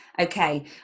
Okay